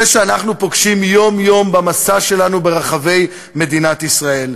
זה שאנחנו פוגשים יום-יום במסע שלנו ברחבי מדינת ישראל,